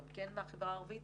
גם כן מהחברה הערבית,